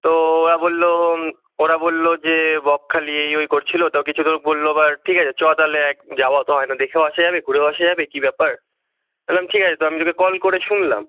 তো ওরা বললো ওরা বললো যে বকখালি এই ওই করছিল তো কিছু লোক বললো আবার ঠিক আছে চ এক যাওয়াও তো হয় না দেখেও আসা যাবে ঘুরেও আসা যাবে কী ব্যাপার আমি বললাম ঠিক আছে তো আমি তোকে কল করে শুনলাম